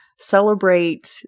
celebrate